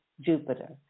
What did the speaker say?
Jupiter